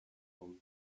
from